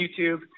YouTube